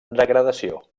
degradació